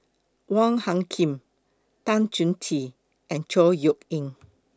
Wong Hung Khim Tan Chong Tee and Chor Yeok Eng